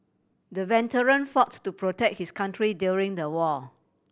the veteran fought to protect his country during the war